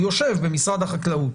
הוא יושב במשרד החקלאות